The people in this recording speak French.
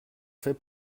fait